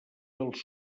dels